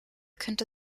könnte